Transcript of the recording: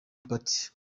party